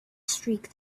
streak